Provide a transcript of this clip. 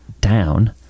down